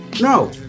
No